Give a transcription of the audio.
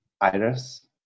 Iris